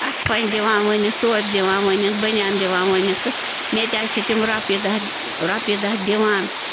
اَتھٕ پنج دِوان ووٗنِتھ ٹوپہِ دِوان ووٗنِتھ بٔنیان دِوان ووٗنِتھ تہٕ مےٚ تہِ حظ چھِ تِم رۄپیہِ دہ رۄپیہِ دہ دِوان